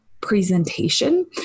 presentation